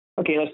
okay